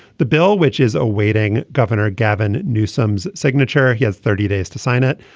the bill which is awaiting governor gavin newsom's signature. he has thirty days to sign it.